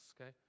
okay